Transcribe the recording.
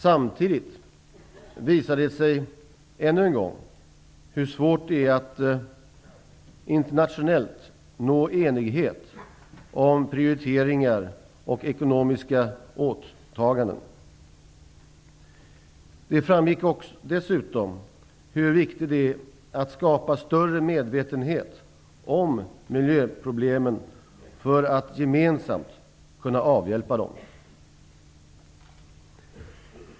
Samtidigt visade det sig ännu en gång hur svårt det är att internationellt nå enighet om prioriteringar och ekonomiska åtaganden. Det framgick dessutom hur viktigt det är att man skapar större medvetenhet om miljöproblemen för att gemensamt kunna avhjälpa dem.